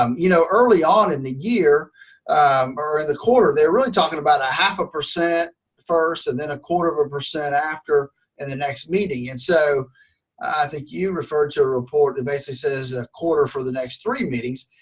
um you know, early on in the year or in the quarter, they're really talking about a half a percent first, and then a quarter of a percent after after in and the next meeting, and so i think you referred to a report that basically says a quarter for the next three meetings.